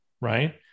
Right